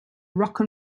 rock